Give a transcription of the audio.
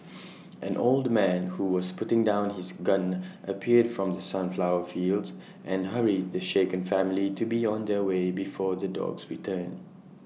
an old man who was putting down his gun appeared from the sunflower fields and hurried the shaken family to be on their way before the dogs return